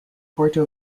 porto